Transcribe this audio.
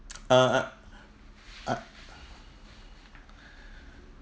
err uh